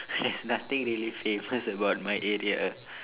there's nothing really famous about my area